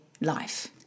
life